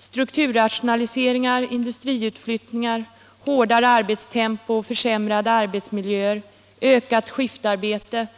Strukturrationaliseringar, industriutflyttningar, hårdare arbetstempo, försämrade arbetsmiljöer och ökat skiftarbete —